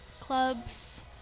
clubs